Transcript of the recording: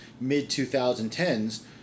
mid-2010s